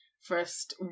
first